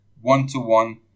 one-to-one